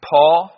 Paul